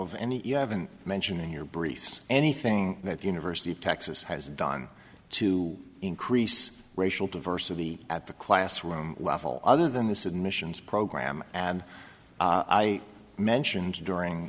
of any you haven't mentioned in your briefs anything that the university of texas has done to increase racial diversity at the classroom level other than this admissions program and i mentioned during